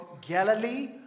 Galilee